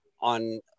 on